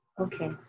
Okay